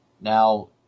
now